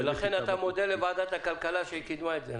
ולכן אתה מודה לוועדת הכלכלה שהיא קידמה את זה.